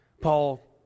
paul